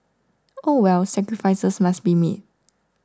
oh well sacrifices must be made